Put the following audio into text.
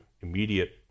immediate